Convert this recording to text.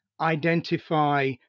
identify